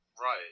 Right